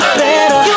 better